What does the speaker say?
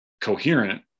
coherent